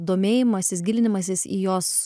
domėjimasis gilinimasis į jos